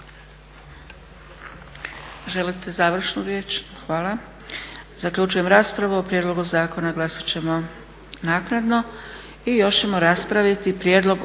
Želite završnu riječ? Hvala. Zaključujem raspravu. O prijedlogu zakona glasat ćemo naknadno. **Leko, Josip (SDP)** Prijedlog